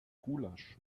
gulasch